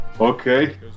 Okay